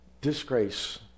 disgrace